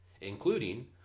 including